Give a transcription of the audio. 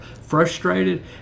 frustrated